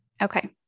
Okay